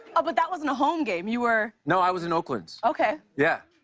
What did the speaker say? but that wasn't a home game. you were no. i was in oakland. okay. yeah.